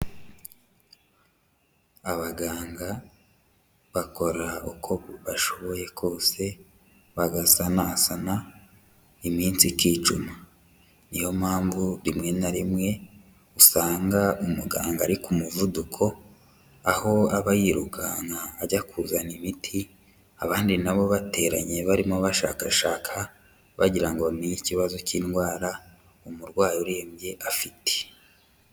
Abaganga bakora uko bashoboye kose, bagasanasana iminsi ikicuma. Ni yo mpamvu rimwe na rimwe usanga umuganga ari ku muvuduko, aho aba yirukanka ajya kuzana imiti, abandi na bo bateranye barimo bashakashaka, bagira ngo bamenye ikibazo cy'indwara umurwayi urembye afite.